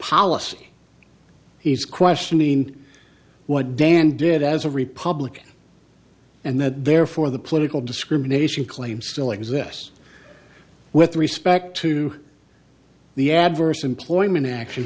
policy he's questioning what dan did as a republican and that therefore the political discrimination claim still exists with respect to the adverse employment act